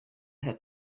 her